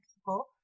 people